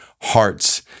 hearts